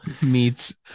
meets